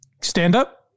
stand-up